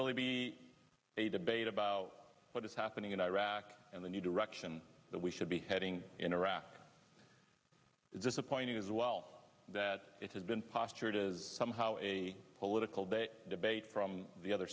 really be a debate about what is happening in iraq and the new direction that we should be heading in iraq is disappointing as well that it has been postured as somehow a political day debate from the other